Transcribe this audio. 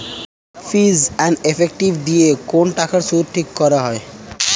fees and effective দিয়ে কোন টাকার সুদ ঠিক করা হয়